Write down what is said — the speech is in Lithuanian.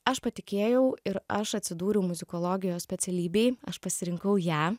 aš patikėjau ir aš atsidūriau muzikologijos specialybėj aš pasirinkau ją